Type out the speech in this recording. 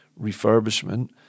refurbishment